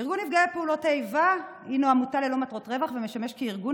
ארגון נפגעי פעולות האיבה הינו עמותה ללא מטרות רווח ומשמש הארגון